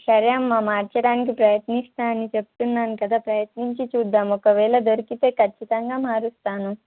సరే అమ్మా మార్చడానికి ప్రయత్నిస్తాను అని చెప్తున్నాను కదా ప్రయత్నించి చూద్దాము ఒకవేళ దొరికితే ఖచ్చితంగా మారుస్తాను